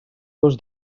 dos